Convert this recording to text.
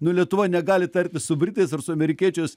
nu lietuva negali tartis su britais ar su amerikiečiais